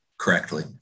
Correctly